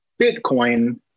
Bitcoin